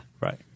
Right